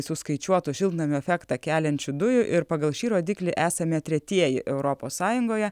suskaičiuotų šiltnamio efektą keliančių dujų ir pagal šį rodiklį esame tretieji europos sąjungoje